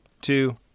two